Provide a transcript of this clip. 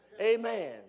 Amen